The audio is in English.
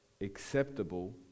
acceptable